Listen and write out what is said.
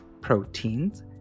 proteins